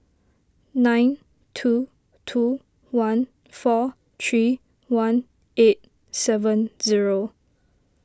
nine two two one four three one eight seven zero